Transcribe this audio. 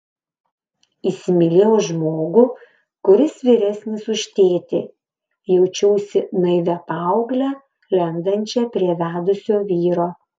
įsimylėjo žmogų kuris vyresnis už tėtį jaučiausi naivia paaugle lendančia prie vedusio vyro